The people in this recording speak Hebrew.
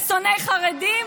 ושונאי חרדים?